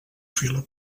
fila